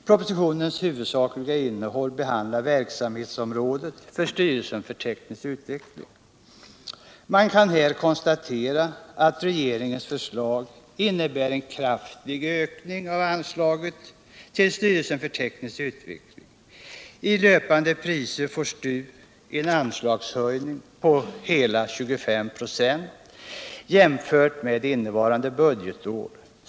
Propositionens huvudsakliga innehåll behandlar verksamhetsområdet för styrelsen för teknisk utveckling. Man kan här konstatera att regeringens förslag innebär en kraftig ökning av anslaget till styrelsen för teknisk utveckling. I löpande priser får STU en anslagshöjning på hela 25 26 jämfört med innevarande budgetår.